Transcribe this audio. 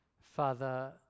Father